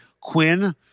Quinn –